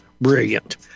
Brilliant